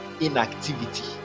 inactivity